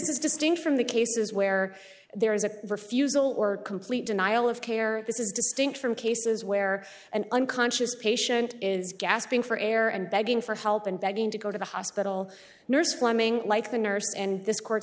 distinct from the cases where there is a refusal or complete denial of care this is distinct from cases where an unconscious patient is gasping for air and begging for help and begging to go to the hospital nurse fleming like the nurse and this court